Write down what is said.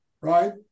right